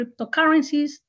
cryptocurrencies